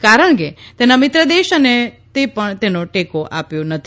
કારણકે તેના મિત્રદેશ અને પણ તેને ટેકો આપ્યો નથી